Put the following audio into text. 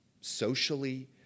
socially